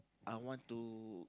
I want to